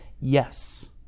Yes